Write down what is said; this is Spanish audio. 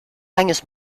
años